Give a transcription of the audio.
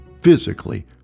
physically